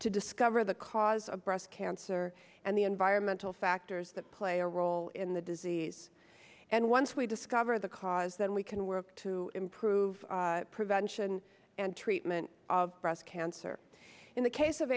to discover the cause of breast cancer and the environmental factors that play a role in the disease and once we discover the cause then we can work to improve prevention and treatment of breast cancer in the case of